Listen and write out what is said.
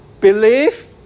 Believe